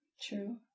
True